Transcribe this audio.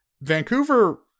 Vancouver